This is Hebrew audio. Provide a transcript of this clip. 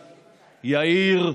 יאיר,